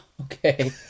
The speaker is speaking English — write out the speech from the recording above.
okay